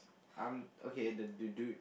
um okay the the dude